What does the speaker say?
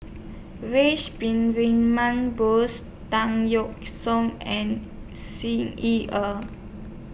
wish been Win Man Bose Tan Yeok Seong and Xi Ye Er